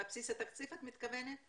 בבסיס התקציב את מתכוונת?